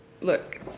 look